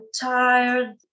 tired